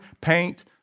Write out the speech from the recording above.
paint